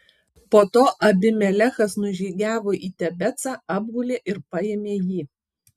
po to abimelechas nužygiavo į tebecą apgulė ir paėmė jį